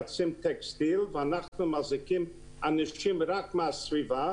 טקסטיל ואנחנו מחזיקים אנשים רק מהסביבה,